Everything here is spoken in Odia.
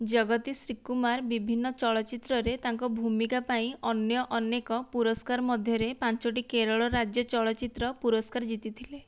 ଜଗଦୀଶ ଶ୍ରୀକୁମାର ବିଭିନ୍ନ ଚଳଚ୍ଚିତ୍ରରେ ତାଙ୍କ ଭୂମିକା ପାଇଁ ଅନ୍ୟ ଅନେକ ପୁରସ୍କାର ମଧ୍ୟରେ ପାଞ୍ଚଟି କେରଳ ରାଜ୍ୟ ଚଳଚ୍ଚିତ୍ର ପୁରସ୍କାର ଜିତିଥିଲେ